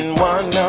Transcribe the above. and one